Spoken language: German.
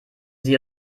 sie